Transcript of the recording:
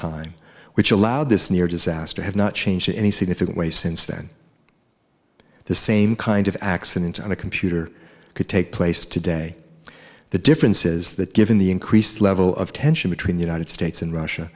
time which allowed this near disaster have not changed in any significant way since then the same kind of accident on a computer could take place today the difference is that given the increased level of tension between the united states and russia